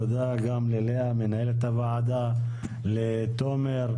תודה גם ללאה, מנהלת הוועדה, לתומר,